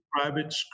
private